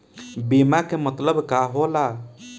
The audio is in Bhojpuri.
बीमा के मतलब का होला?